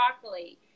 broccoli